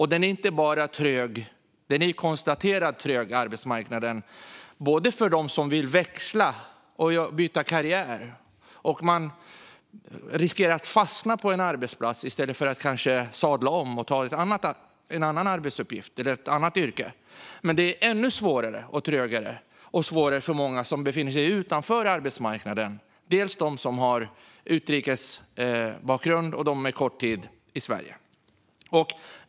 Svensk arbetsmarknad är konstaterat trög både för dem som vill växla och byta karriär - man riskerar att fastna på en arbetsplats i stället för att sadla om och ta en annan arbetsuppgift eller ett annat yrke - och för dem som befinner sig utanför arbetsmarknaden, dels de som har utrikesbakgrund, dels de som har varit kort tid i Sverige. För dem är det ännu svårare och trögare.